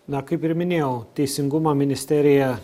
na kaip ir minėjau teisingumo ministerija